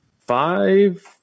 five